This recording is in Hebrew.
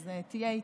אז תהיה איתי.